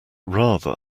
rather